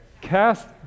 cast